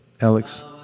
Alex